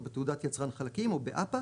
או בתעודת יצרן חלקים או באפ"א,